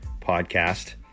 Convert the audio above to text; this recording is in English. podcast